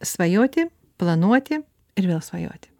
svajoti planuoti ir vėl svajoti